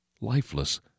lifeless